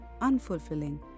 unfulfilling